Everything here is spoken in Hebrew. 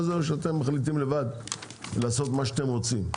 או שאתם מחליטים לבד לעשות מה שאתם רוצים?